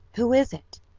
who is it?